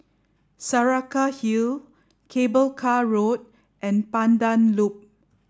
Saraca Hill Cable Car Road and Pandan Loop